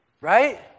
Right